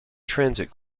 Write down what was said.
transit